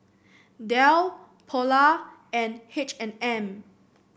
Dell Polar and H and M